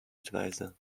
advisor